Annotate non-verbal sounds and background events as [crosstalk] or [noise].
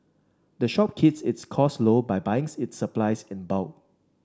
the shop [unintelligible] its costs low by buying its supplies in bulk